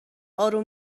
آروم